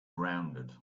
rounded